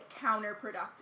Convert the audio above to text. counterproductive